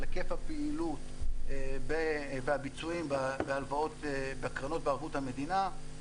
היקף הפעילות והביצועים בהלוואות בקרנות בערבות המדינה.